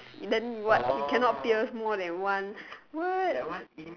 then what you cannot pierce more than once what